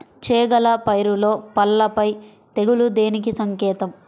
చేగల పైరులో పల్లాపై తెగులు దేనికి సంకేతం?